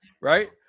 right